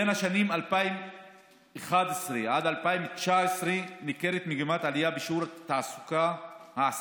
בשנים 2011 2019 ניכרת מגמת עלייה בשיעור העסקת